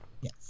Yes